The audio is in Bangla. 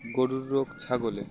গরুর রোগ ছাগলে